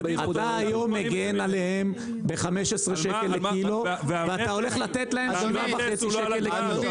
אתה היום מגן עליהם ב-15 שקל לקילו ואתה הולך לתת להם 7.5 שקל לקילו.